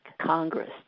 Congress